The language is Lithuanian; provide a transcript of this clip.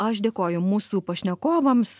aš dėkoju mūsų pašnekovams